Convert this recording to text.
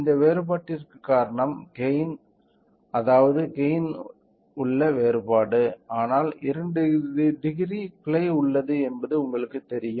இந்த வேறுபாட்டிற்க்கு காரணம் கெய்ன் அதாவது கெய்ன் உள்ள வேறுபாடு ஆனால் 20 பிழை உள்ளது என்பது உங்களுக்குத் தெரியும்